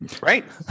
Right